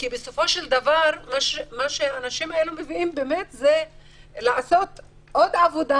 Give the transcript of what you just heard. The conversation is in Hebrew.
בסופו של דבר מה שהאנשים האלה מביאים זה לעשות עוד עבודה